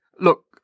Look